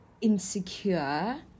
insecure